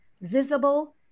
visible